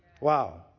Wow